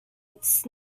its